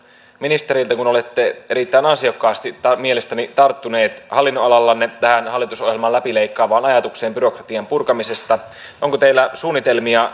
ministeriltä kun olette erittäin ansiokkaasti mielestäni tarttunut hallinnonalallanne tähän hallitusohjelman läpileikkaavaan ajatukseen byrokratian purkamisesta onko teillä suunnitelmia